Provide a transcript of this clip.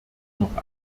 noch